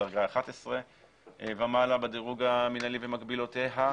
מדרגה 11 ומעלה בדירוג המנהלי ומקבילותיה.